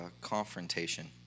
confrontation